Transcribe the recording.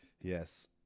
Yes